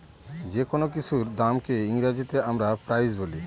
যেকোনো কিছুর দামকে ইংরেজিতে আমরা প্রাইস বলি